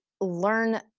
learn